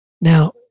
Now